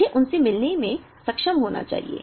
मुझे उनसे मिलने में सक्षम होना चाहिए